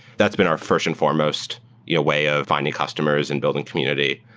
that's been our first and foremost you know way of finding customers and building community.